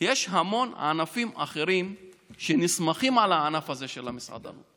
יש המון ענפים אחרים שנסמכים על הענף הזה של המסעדנות.